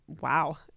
wow